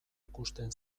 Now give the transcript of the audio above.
ikusten